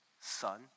Son